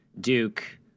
Duke